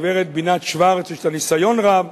הגברת בינת שוורץ, יש לה ניסיון רב,